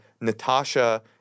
Natasha